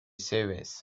ces